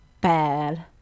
bad